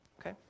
Okay